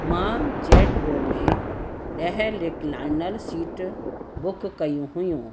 मां Z row में ॾह लिकलाइनर सीट बुक कयूं हुयूं